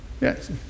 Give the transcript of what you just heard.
Yes